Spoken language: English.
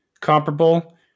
comparable